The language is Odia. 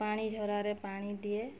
ପାଣିଝରାରେ ପାଣି ଦିଏ